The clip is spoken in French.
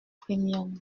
premium